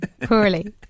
poorly